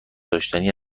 داشتنی